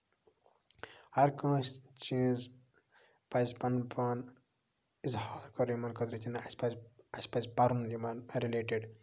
ہَر کٲنسہِ چیٖز پَزِ پَنُن پان اِظہار کَرُن یِمن خٲطرٕ کہِ نہ اَسہِ پَزِ اسہِ پزِ پَرُن یِمن رِلیٹِڈ